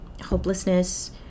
hopelessness